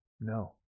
No